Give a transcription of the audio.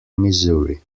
missouri